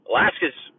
Alaska's